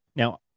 Now